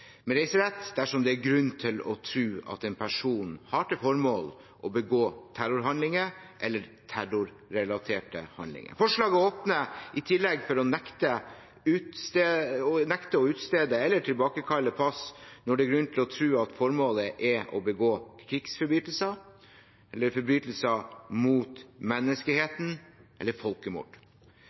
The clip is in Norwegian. med reiserett dersom det er grunn til å tro at en person har som formål å begå terrorhandlinger eller terrorrelaterte handlinger. Forslaget åpner i tillegg for å nekte å utstede eller tilbakekalle pass når det er grunn til å tro at formålet er å begå krigsforbrytelser, forbrytelser mot menneskeheten eller folkemord.